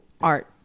art